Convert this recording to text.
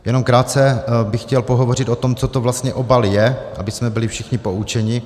Jenom krátce bych chtěl pohovořit o tom, co to vlastně obal je, abychom byli všichni poučeni.